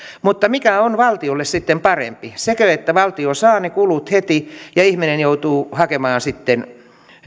mutta mikä on valtiolle sitten parempi sekö että valtio saa ne kulut heti ja ihminen joutuu hakemaan sitten